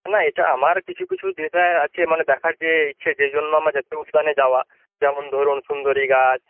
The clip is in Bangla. না এটা আমার কিছু কিছু যেটা আছে মানে দেখার যে ইচ্ছে যেজন্য আমার জাতীয় উদ্যানে যাওয়া যেমন ধরুন সুন্দরী গাছ